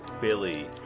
Billy